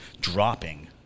dropping